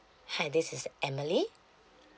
hi this is emily